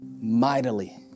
mightily